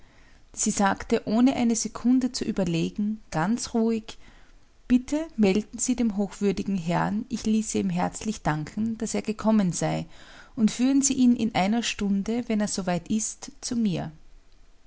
sie sagte ohne eine sekunde zu überlegen ganz ruhig bitte melden sie dem hochwürdigen herrn ich ließe ihm herzlich danken daß er gekommen sei und führen sie ihn in einer stunde wenn er so weit ist zu mir